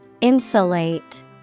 Insulate